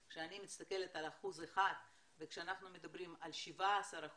כשאני מסתכלת על 1% וכשאנחנו מדברים על 17%